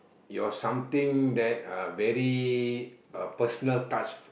your something that are very uh personal touch